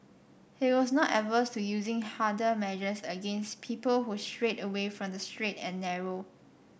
he was not averse to using harder measures against people who strayed away from the straight and narrow